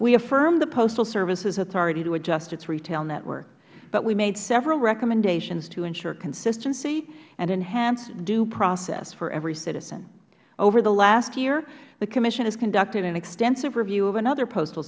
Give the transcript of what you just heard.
affirmed the postal service's authority to adjust its retail network but we made several recommendations to ensure consistency and enhance due process for every citizen over the last year the commission has conducted an extensive review of another postal